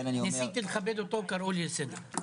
ניסיתי לכבד אותו וקראו לי לסדר.